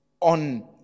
on